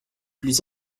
plus